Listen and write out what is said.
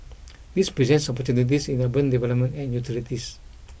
this presents opportunities in urban development and utilities